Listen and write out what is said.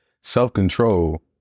self-control